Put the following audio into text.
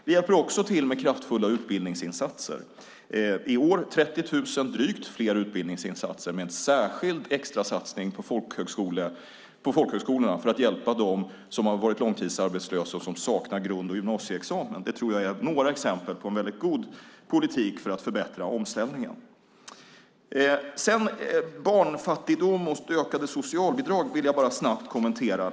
Vi hjälper också till med kraftfulla utbildningsinsatser, i år drygt 30 000 fler utbildningsplatser med en särskild extra satsning på folkhögskolorna, för att hjälpa dem som har varit långtidsarbetslösa och saknar grundskole och gymnasieexamen. Det är några exempel på vad jag tror är en väldigt god politik för att förbättra omställningen. Sedan vill jag bara snabbt kommentera detta med barnfattigdom och ökade socialbidrag.